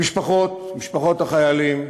המשפחות, משפחות החיילים,